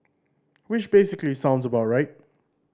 which basically sounds about right